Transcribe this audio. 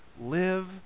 live